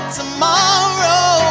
tomorrow